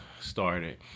started